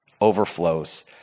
overflows